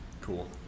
Cool